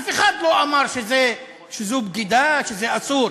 אף אחד לא אמר שזו בגידה, שזה אסור.